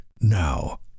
Now